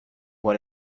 what